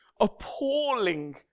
appalling